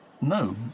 No